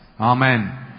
Amen